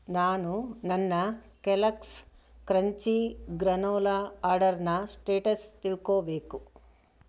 ನಾನು ನನ್ನ Kellogg's crunchy granola ಆರ್ಡರ್ನ ಸ್ಟೇಟಸ್ ತಿಳ್ಕೋಬೇಕು